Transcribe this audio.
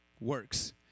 works